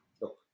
look